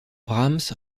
brahms